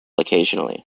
occasionally